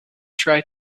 try